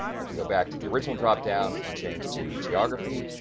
if we go back to the original drop-down and change to geography,